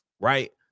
right